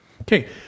Okay